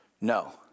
No